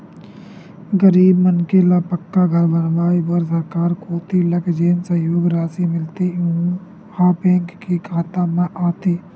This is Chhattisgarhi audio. गरीब मनखे ल पक्का घर बनवाए बर सरकार कोती लक जेन सहयोग रासि मिलथे यहूँ ह बेंक के खाता म आथे